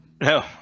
No